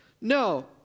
no